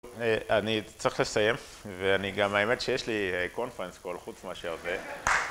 אני צריך לסיים ואני גם האמת שיש לי קונפרנס כל חוץ מה שזה